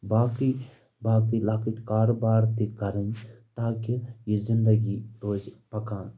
باقٕے باقٕے لۄکٕٹۍ کارٕبار تہِ کرٕنۍ تاکہِ یہِ زندگی روزِ پکان